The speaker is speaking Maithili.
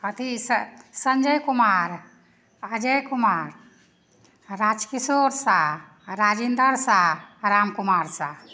अथी संजय कुमार अजय कुमार राज किशोर साह आ राजिन्दर साह आ राम कुमार साह